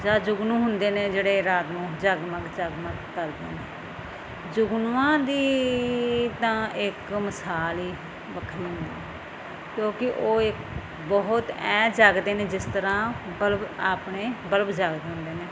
ਜਾਂ ਜੁਗਨੂੰ ਹੁੰਦੇ ਨੇ ਜਿਹੜੇ ਰਾਤ ਨੂੰ ਜਗਮਗ ਜਗਮਗ ਕਰਦੇ ਹਨ ਜੁਗਨੂੰਆਂ ਦੀ ਤਾਂ ਇੱਕ ਮਿਸਾਲ ਹੀ ਵੱਖਰੀ ਹੁੰਦੀ ਹੈ ਕਿਉਂਕਿ ਉਹ ਇੱਕ ਬਹੁਤ ਐਂ ਜੱਗਦੇ ਨੇ ਜਿਸ ਤਰ੍ਹਾਂ ਬਲਬ ਆਪਣੇ ਬਲਬ ਜੱਗਦੇ ਹੁੰਦੇ ਨੇ